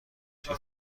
چطور